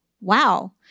wow